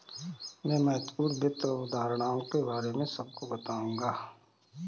मैं महत्वपूर्ण वित्त अवधारणाओं के बारे में सबको बताऊंगा